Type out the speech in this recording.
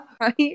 Right